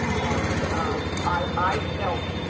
and i felt,